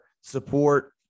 Support